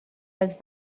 els